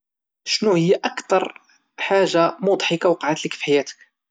شنوهيا اكثر حاجة مضحكة وقعات لك في حياتك؟